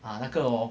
啊那个哦